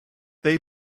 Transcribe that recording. they